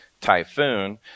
typhoon